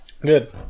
Good